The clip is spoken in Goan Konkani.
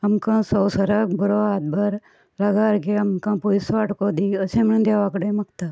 आमकां संवसाराक बरो हातभार लागसारके आमकां पयसो आटको दी अशें म्हणोन देवा कडेन मागतात